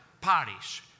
Paris